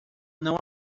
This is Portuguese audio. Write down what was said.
não